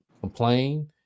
complain